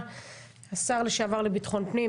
השר לשעבר לביטחון פנים,